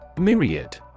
Myriad